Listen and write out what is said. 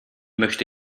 möchte